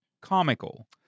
comical